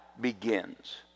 begins